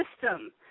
system